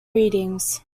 readings